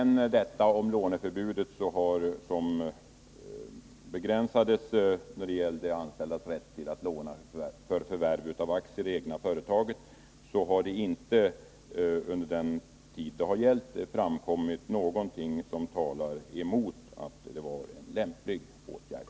När det gäller låneförbudet och begränsningen av de anställdas rätt att låna för förvärv av aktier i det egna företaget, har det inte under den tid det gällt framkommit någonting som talar emot att det var en lämplig åtgärd.